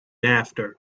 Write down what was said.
after